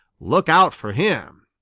look out for him!